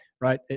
Right